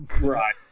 Right